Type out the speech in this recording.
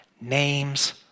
Names